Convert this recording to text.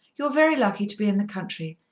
you are very lucky to be in the country.